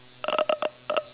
uh